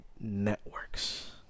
networks